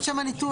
את שם הניתוח,